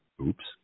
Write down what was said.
Oops